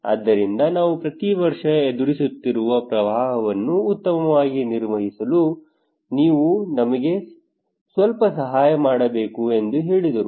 ಆದ್ದರಿಂದ ನಾವು ಪ್ರತಿ ವರ್ಷ ಎದುರಿಸುತ್ತಿರುವ ಪ್ರವಾಹವನ್ನು ಉತ್ತಮವಾಗಿ ನಿರ್ವಹಿಸಲು ನೀವು ನಮಗೆ ಸ್ವಲ್ಪ ಸಹಾಯ ಮಾಡಬೇಕು ಎಂದು ಅವರು ಹೇಳಿದರು